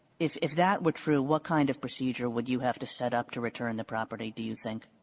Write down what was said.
if if that were true what kind of procedure would you have to set up to return the property, do you think?